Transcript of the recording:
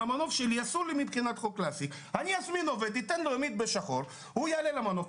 אשלם לו יומית בשחור והוא יעלה על המנוף.